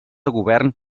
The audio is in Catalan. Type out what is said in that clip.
govern